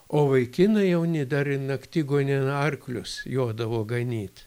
o vaikinai jauni dar ir naktigonėn arklius jodavo ganyt